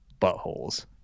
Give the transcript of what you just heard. buttholes